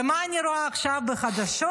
ומה אני רואה עכשיו בחדשות?